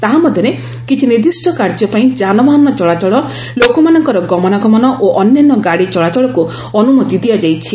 ତାହାମଧ୍ୟରେ କିଛି ନିର୍ଦ୍ଧିଷ୍ଟ କାର୍ଯ୍ୟ ପାଇଁ ଯାନବାହନ ଚଳାଚଳ ଲୋକମାନଙ୍କର ଗମନାଗମନ ଓ ଅନ୍ୟାନ୍ୟ ଗାଡ଼ି ଚଳାଚଳକୁ ଅନୁମତି ଦିଆଯାଇଛି